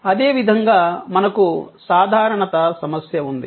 అదేవిధంగా మనకు సాధారణత సమస్య ఉంది